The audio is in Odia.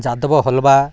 ଯାଦବ ହଲବା